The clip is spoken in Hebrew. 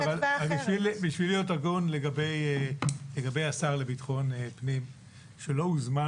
בשביל להיות הגון לגבי השר לביטחון הפנים שלא הוזמן